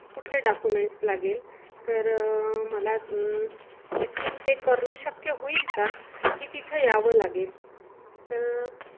कुठले डाक्युमेंट्स लागेल तर मला इथून ते करणं शक्य होईल का की तिथं यावं लागेल तर